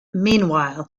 meanwhile